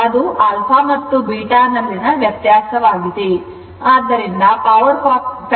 ಆದ್ದರಿಂದ ಅದು α ಮತ್ತು βನಲ್ಲಿನ ವ್ಯತ್ಯಾಸವಾಗಿದೆ